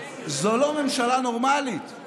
זו לא ממשלה נורמלית.